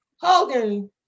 Hogan